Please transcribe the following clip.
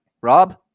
Rob